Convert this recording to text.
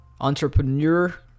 Entrepreneur –